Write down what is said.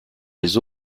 les